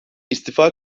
istifa